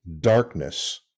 darkness